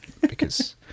because-